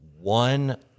one